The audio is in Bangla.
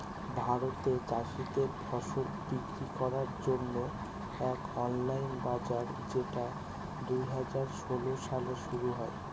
ভারতে চাষীদের ফসল বিক্রি করার জন্য এক অনলাইন বাজার যেটা দুই হাজার ষোলো সালে শুরু হয়